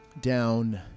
down